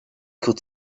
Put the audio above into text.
could